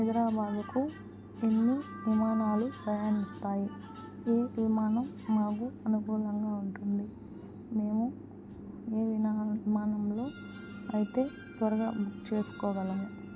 హైదరాబాదుకు ఎన్ని విమానాలు ప్రయాణిస్తాయి ఏ విమానం మాకు అనుకూలంగా ఉంటుంది మేము ఏ వినా విమానంలో అయితే త్వరగా బుక్ చేసుకోగలము